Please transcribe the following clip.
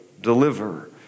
deliver